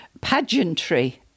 pageantry